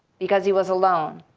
because he was alone,